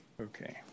okay